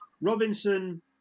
Robinson